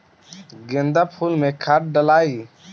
गेंदा फुल मे खाद डालाई?